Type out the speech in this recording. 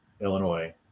illinois